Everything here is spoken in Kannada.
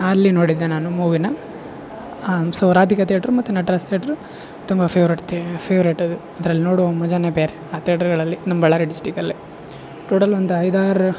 ಅಲ್ಲಿ ನೋಡಿದ್ದೆ ನಾನು ಮೂವಿನ ಸೊ ರಾಧಿಕ ತೇಟ್ರು ಮತ್ತು ನಟರಾಜ್ ತೇಟ್ರು ತುಂಬ ಫೆವ್ರೇಟ್ ತೇ ಫೆವ್ರೇಟ್ ಅದು ಅದ್ರಲ್ಲಿ ನೋಡುವ ಮಜಾನೇ ಬೇರೆ ಆ ತೇಟ್ರ್ಗಳಲ್ಲಿ ನಮ್ಮ ಬಳ್ಳಾರಿ ಡಿಸ್ಟಿಕಲ್ಲಿ ಟೋಟಲ್ ಒಂದು ಐದು ಆರು